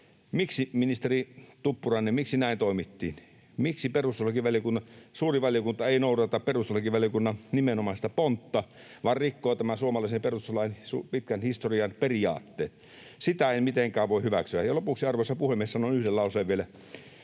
Miksi, ministeri Tuppurainen, näin toimittiin? Miksi suuri valiokunta ei noudata perustuslakivaliokunnan nimenomaista pontta vaan rikkoo suomalaisen perustuslain pitkän historian periaatteet? Sitä en mitenkään voi hyväksyä. Ja lopuksi, arvoisa puhemies, sanon yhden lauseen vielä: